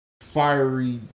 fiery